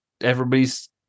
everybody's